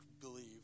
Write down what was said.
believe